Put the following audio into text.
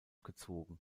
gezogen